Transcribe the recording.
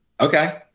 okay